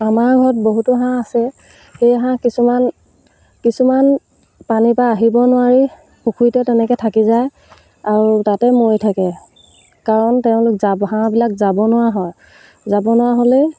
আমাৰ ঘৰত বহুতো হাঁহ আছে সেই হাঁহ কিছুমান কিছুমান পানীৰপৰা আহিব নোৱাৰি পুখুৰীতে তেনেকৈ থাকি যায় আৰু তাতে মৰি থাকে কাৰণ তেওঁলোক যাব হাঁহবিলাক যাব নোৱাৰা হয় যাব নোৱাৰা হ'লেই